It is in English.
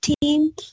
team